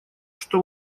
что